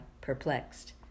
perplexed